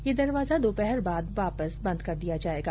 ये दरवाजा दोपहर बाद वापस बंद कर दिया जायेगा